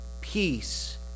Peace